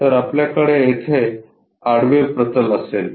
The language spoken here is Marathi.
तर आपल्याकडे येथे आडवे प्रतल असेल